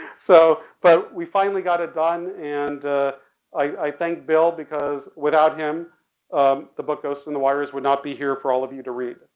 so, but we finally got it done and i, i thank bill because without him um the book ghost in the wires would not be here for all of you to read,